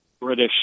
British